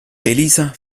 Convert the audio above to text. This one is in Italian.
elisa